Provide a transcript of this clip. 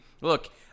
look